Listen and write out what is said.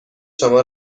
شما